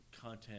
content